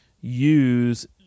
use